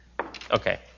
Okay